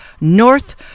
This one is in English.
North